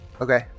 Okay